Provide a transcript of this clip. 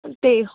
ਤੇ